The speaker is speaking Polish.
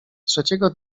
trzeciego